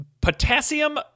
potassium